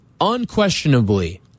unquestionably